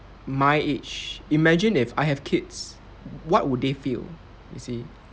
my age imagine if I have kids what would they feel you see